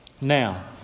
Now